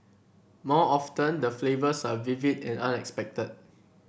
more often the flavours are vivid and unexpected